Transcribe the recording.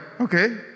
okay